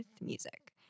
music